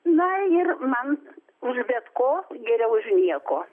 na ir man už bet ko geriau už nieko